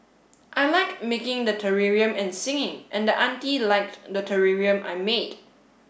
I like making the terrarium and singing and the auntie liked the terrarium I made